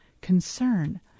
concern